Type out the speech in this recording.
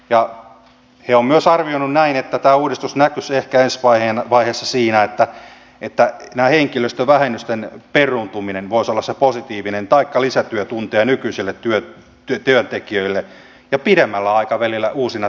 he ovat myös arvioineet näin että tämä uudistus näkyisi ehkä ensi vaiheessa siinä että henkilöstövähennysten peruuntuminen voisi olla se positiivinen asia taikka lisätyötunnit nykyisille työntekijöille ja pidemmällä aikavälillä uudet työpaikat